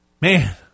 Man